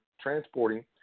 transporting